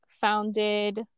founded